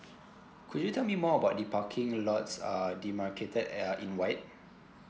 could you tell me more about the parking lots uh demarcated uh in white